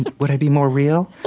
and would i be more real?